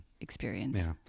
experience